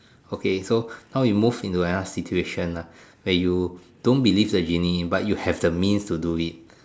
okay so now we move into another situation lah that you don't believe the genie but you have the means to do it